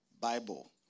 Bible